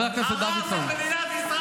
הרס את מדינת ישראל.